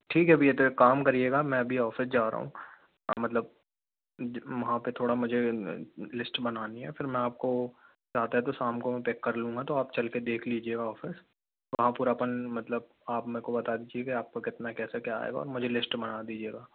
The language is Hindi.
ठीक है भैया तो एक काम करिएगा मैं अभी ऑफ़िस जा रहा हूँ मतलब वहाँ पे थोड़ा मुझे लिस्ट बनानी है फिर मैं आपको जाते जाते शाम को मैं पिक कर लूँगा तो आप चल के देख लीजिएगा वापस वहाँ फिर अपन आप मतलब आप मेरेको बता दीजिए के आपको कितना कैसा क्या आएगा और मुझे लिस्ट बना दीजिएगा